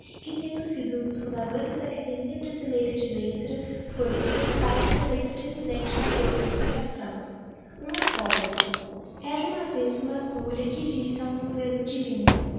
que tendo sido um dos fundadores da academia brasileira de letras foi por seus pares eleito presidente da douta associação um apologo era uma vez uma agulha que disse a um novello de linba